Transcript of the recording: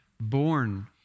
born